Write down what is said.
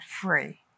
free